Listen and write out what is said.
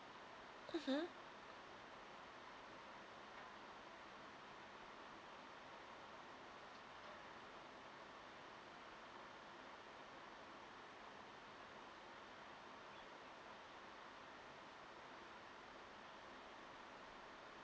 mmhmm